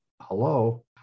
Hello